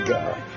God